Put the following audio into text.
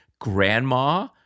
Grandma